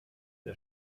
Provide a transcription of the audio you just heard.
der